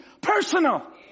personal